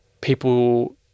people –